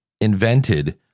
invented